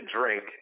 Drink